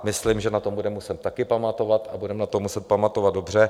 Myslím, že na to budeme muset také pamatovat, a budeme na to muset pamatovat dobře.